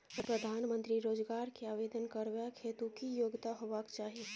प्रधानमंत्री रोजगार के आवेदन करबैक हेतु की योग्यता होबाक चाही?